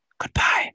Goodbye